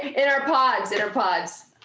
in our pods, in our pods.